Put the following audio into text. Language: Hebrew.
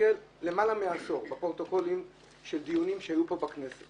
תסתכל למעלה מעשור בפרוטוקולים של דיונים שהיו פה בכנסת